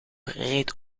reed